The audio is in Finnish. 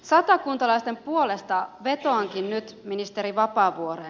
satakuntalaisten puolesta vetoankin nyt ministeri vapaavuoreen